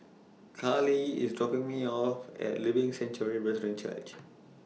Carlee IS dropping Me off At Living Sanctuary Brethren Church